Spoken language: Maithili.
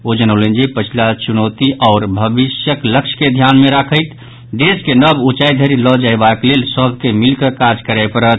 ओ जनौलनि जे पछिला चुनौती आओर भविष्यक लक्ष्य के ध्यान मे रखैत देश के नव ऊंचाई धरि लऽ जयबाक लेल सभके मिलि कऽ काज करय पड़त